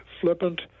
flippant